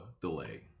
delay